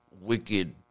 wicked